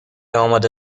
آماده